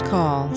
Call